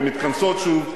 ומתכנסות שוב,